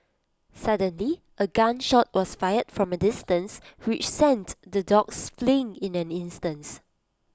suddenly A gun shot was fired from A distance which sent the dogs fleeing in an instant